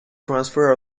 transfer